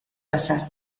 casar